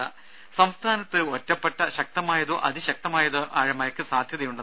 ദേദ സംസ്ഥാനത്ത് ഒറ്റപ്പെട്ട ശക്തമായതോ അതിശക്തമായതോ ആയ മഴക്ക് സാധ്യതയുണ്ട്